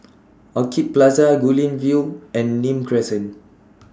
Orchid Plaza Guilin View and Nim Crescent